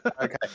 okay